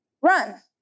run